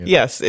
Yes